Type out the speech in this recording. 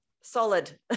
solid